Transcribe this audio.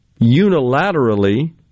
unilaterally